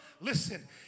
listen